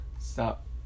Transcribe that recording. stop